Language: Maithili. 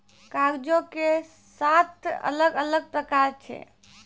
कागजो के सात अलग अलग प्रकार छै